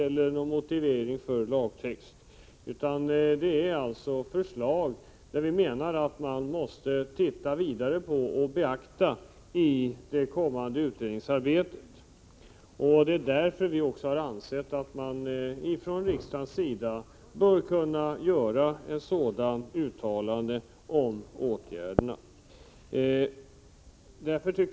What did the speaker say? Vi menar att de förhållanden vi pekar på i motionerna måste närmare undersökas och beaktas i det kommande utredningsarbetet, och enligt vår uppfattning borde riksdagen kunna göra ett uttalande av denna innebörd.